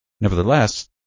Nevertheless